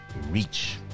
reach